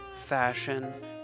fashion